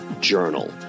Journal